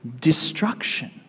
destruction